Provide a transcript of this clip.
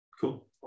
Cool